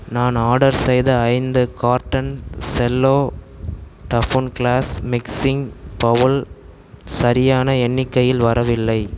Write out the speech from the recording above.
நான் ஆர்டர் செய்த ஐந்து carton cello toughened glass mixing bowl சரியான எண்ணிக்கையில் வரவில்லை